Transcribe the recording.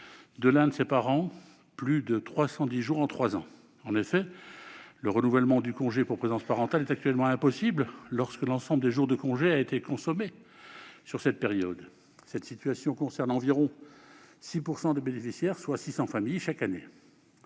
de l'un de ses parents plus de 310 jours en trois ans. En effet, le renouvellement de ce congé est actuellement impossible lorsque l'ensemble des jours de congé a été consommé sur cette période. Cette situation concerne environ 6 % des bénéficiaires, soit 600 familles chaque année.